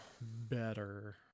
better